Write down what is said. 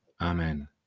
Amen